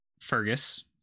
Fergus